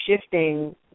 shifting